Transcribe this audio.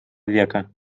века